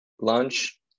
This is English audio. lunch